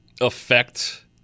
affect